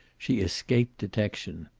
she escaped detection.